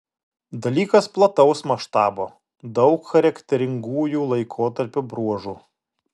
dalykas plataus maštabo daug charakteringųjų laikotarpio bruožų